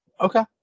Okay